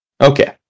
Okay